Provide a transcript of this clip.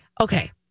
okay